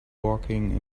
walking